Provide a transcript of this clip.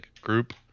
group